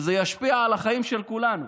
וזה ישפיע על החיים של כולנו.